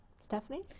Stephanie